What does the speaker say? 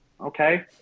okay